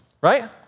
right